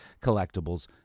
collectibles